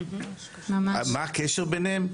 מה הקשר ביניהם?